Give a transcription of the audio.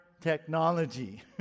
technology